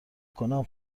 کنم